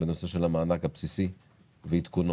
בנושא של המענק הבסיסי ועדכונו.